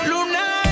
Luna